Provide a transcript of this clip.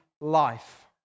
life